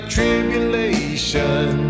tribulation